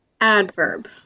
Adverb